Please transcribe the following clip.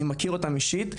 אני מכיר אותם אישית,